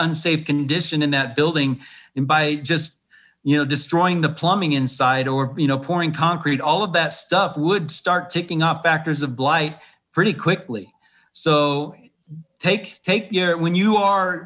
unsafe condition in that building and by just you know destroying the plumbing inside or you know pouring concrete all of that stuff would start taking off factors of blight pretty quickly so take take there when you are